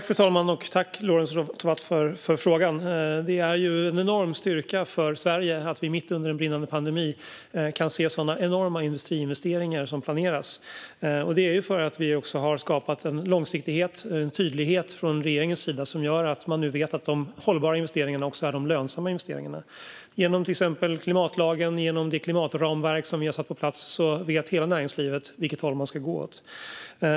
Fru talman! Tack, Lorentz Tovatt, för frågan! Det är en enorm styrka för Sverige att vi mitt under en brinnande pandemi kan se sådana enorma industriinvesteringar planeras. Det är för att vi skapat en långsiktighet och tydlighet från regeringens sida som gör att man nu vet att de hållbara investeringarna också är de lönsamma investeringarna. Genom till exempel klimatlagen och det klimatramverk som vi har fått på plats vet hela näringslivet vilket håll man ska gå åt.